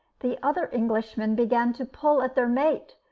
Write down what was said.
the other englishmen began to pull at their mate,